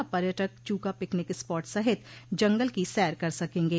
अब पर्यटक चूका पिकनिक स्पाट सहित जंगल की सैर कर सकेंगे